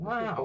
wow